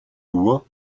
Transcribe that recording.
nur